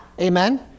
Amen